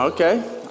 Okay